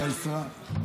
זה האמת.